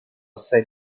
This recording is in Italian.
assai